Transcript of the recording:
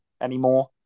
anymore